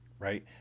Right